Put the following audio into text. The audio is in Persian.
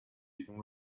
گیمو